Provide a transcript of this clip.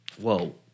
whoa